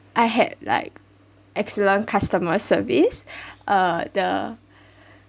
I had like excellent customer service uh the